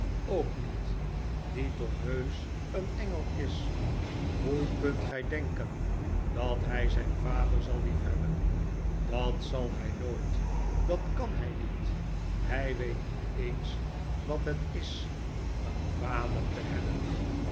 ook niet die toch heusch een engel is hoe kunt gij denken dat hij zijn vader zal liefhebben dat zal hij nooit dat kan hij niet hij weet niet eens wat het is een vader te hebben